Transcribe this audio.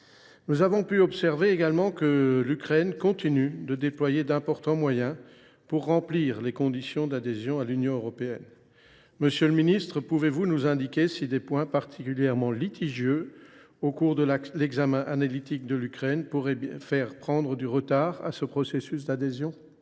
Nous avons pu observer que l’Ukraine continuait de déployer d’importants moyens pour remplir les conditions d’adhésion à l’Union européenne. Monsieur le ministre, pouvez vous nous indiquer si des points particulièrement litigieux au cours de l’examen analytique de la candidature pourraient retarder ce processus d’adhésion ?